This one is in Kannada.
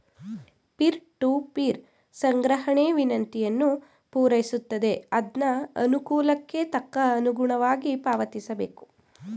ಪೀರ್ ಟೂ ಪೀರ್ ಸಂಗ್ರಹಣೆ ವಿನಂತಿಯನ್ನು ಪೂರೈಸುತ್ತದೆ ಅದ್ನ ಅನುಕೂಲಕ್ಕೆ ತಕ್ಕ ಅನುಗುಣವಾಗಿ ಪಾವತಿಸಬೇಕು